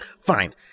fine